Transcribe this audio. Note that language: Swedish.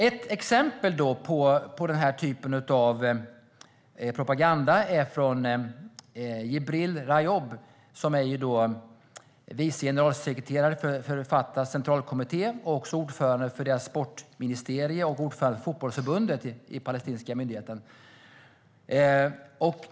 Ett exempel på den här typen av propaganda är från Jibril Rajoub, som är vice generalsekreterare för Fatahs centralkommitté och ordförande för deras sportministerium och ordförande för fotbollsförbundet i den palestinska myndigheten.